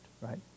right